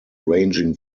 ranging